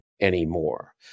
Anymore